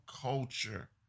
culture